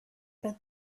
but